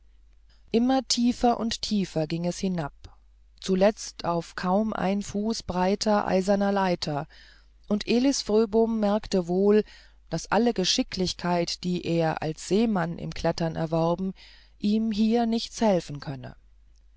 immer tiefer und tiefer ging es hinab zuletzt auf kaum ein fuß breiten eisernen leitern und elis fröbom merkte wohl daß alle geschicklichkeit die er sich als seemann im klettern erworben ihm hier nichts helfen könne